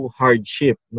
hardship